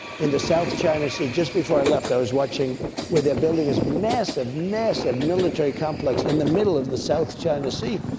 in the south china sea just before i left, i was watching where they're building this massive, massive military complex in the middle of the south china sea.